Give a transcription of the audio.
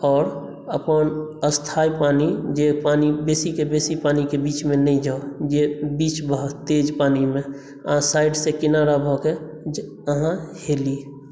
आओर अपन स्थायी पानी जे पानी बेसीके बेसी पानीके बीचमे नहि जाउ जे बीच बहऽ तेज पानीमे आहाँ साइड से किनारा भऽ के आहाँ हेली